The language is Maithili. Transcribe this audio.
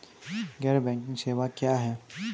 गैर बैंकिंग सेवा क्या हैं?